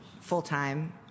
full-time